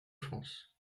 france